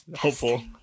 hopeful